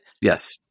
Yes